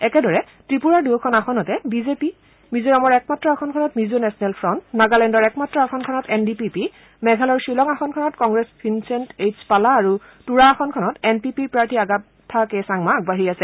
একেদৰে ত্ৰিপুৰাৰ দুয়োখন আসনতে বিজেপি মিজোৰামৰ একমাত্ৰ আসনখনত মিজো নেশ্যনেল ফ্ৰণ্ট নাগালেণ্ডৰ একমাত্ৰ আসনখনত এন ডি পি পি মেঘালয়ৰ খিলং আসনখনত কংগ্ৰেছ ভিনচেণ্ট এইচ পালা আৰু তুৰা আসনখনত এন পি পিৰ প্ৰাৰ্থী আগাথা কে ছাংমা আগবাঢ়ি আছে